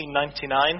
1999